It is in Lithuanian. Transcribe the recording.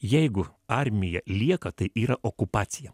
jeigu armija lieka tai yra okupacija